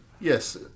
Yes